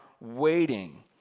waiting